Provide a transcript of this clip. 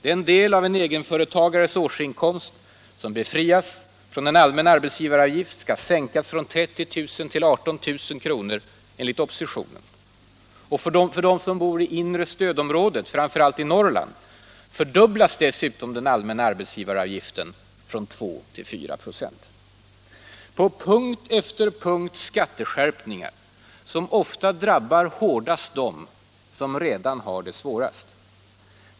Den del av en egenföretagares årsinkomst som befrias från allmän arbetsgivaravgift skall sänkas från 30 000 kr. till 18 000 kr., enligt oppositionen. För dem som bor inom inre stödområdet — framför allt i Norrland —- fördubblas dessutom den allmänna arbetsgivaravgiften. Den höjs från 2 till 4 96. På punkt efter punkt skatteskärpningar, som ofta drabbar dem hårdast som redan har det svårast.